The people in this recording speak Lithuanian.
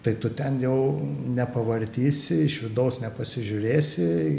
tai tu ten jau nepavartysi iš vidaus nepasižiūrėsi